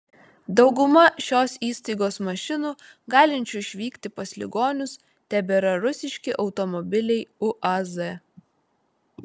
dauguma šios įstaigos mašinų galinčių išvykti pas ligonius tebėra rusiški automobiliai uaz